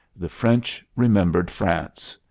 the french remembered france.